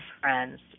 friends